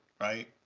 Right